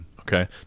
Okay